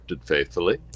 Faithfully